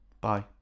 Bye